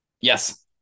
Yes